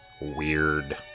weird